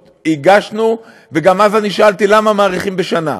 הגשנו, וגם אז שאלתי, למה מאריכים בשנה,